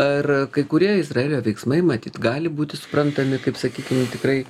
ar kai kurie izraelio veiksmai matyt gali būti suprantami kaip sakykim tikrai